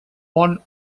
bon